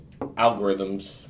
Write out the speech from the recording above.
algorithms